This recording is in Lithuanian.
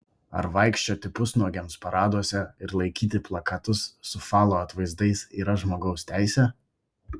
ar vaikščioti pusnuogiams paraduose ir laikyti plakatus su falo atvaizdais yra žmogaus teisė